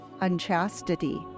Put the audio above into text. unchastity